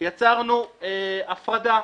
יצרנו הפרדה.